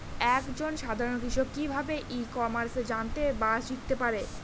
এক জন সাধারন কৃষক কি ভাবে ই কমার্সে জানতে বা শিক্ষতে পারে?